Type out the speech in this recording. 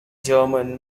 german